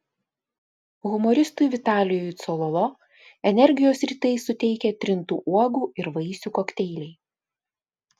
humoristui vitalijui cololo energijos rytais suteikia trintų uogų ir vaisių kokteiliai